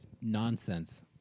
nonsense